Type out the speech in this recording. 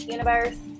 Universe